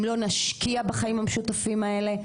אם לא נשקיע בחיים המשותפים האלה,